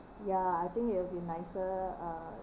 ya I think it will be nicer uh